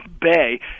bay